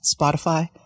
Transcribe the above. Spotify